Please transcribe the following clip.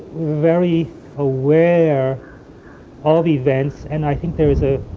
very aware of events and i think there is a